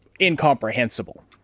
incomprehensible